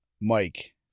Mike